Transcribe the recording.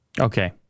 Okay